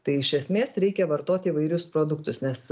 tai iš esmės reikia vartoti įvairius produktus nes